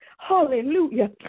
Hallelujah